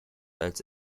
als